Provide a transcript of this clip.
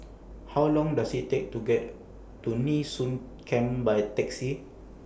How Long Does IT Take to get to Nee Soon Camp By Taxi